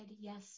yes